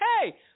hey